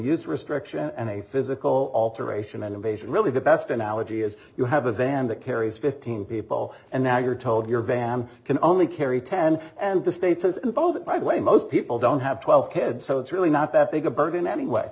to use restriction and a physical alteration innovation really the best analogy is you have a van that carries fifteen people and now you're told your van can only carry ten and the state says in both my way most people don't have twelve kids so it's really not that big a burden anyway